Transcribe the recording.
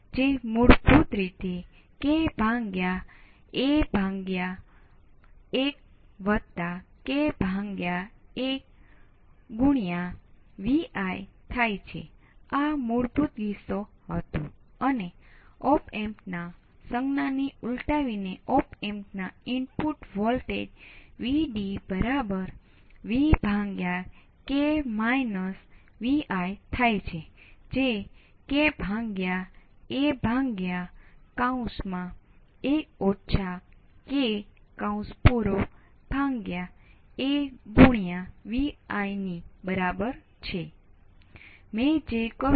તેથી વિદ્યુત પ્રવાહ VtestR4 તે રીતે વહે છે અને અલબત્ત ઓપ એમ્પ માં કશું વહેતું નથી અને તે જ વસ્તુ R3 માં પણ વહેશે